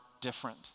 different